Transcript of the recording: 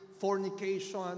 fornication